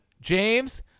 James